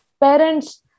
Parents